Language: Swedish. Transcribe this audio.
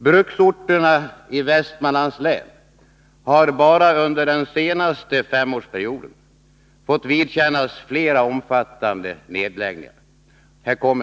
Bruksorterna i Västmanlands län har bara under den senaste femårsperioden fått vidkännas flera omfattande nedläggningar.